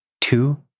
Two